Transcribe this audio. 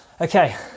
Okay